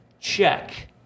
check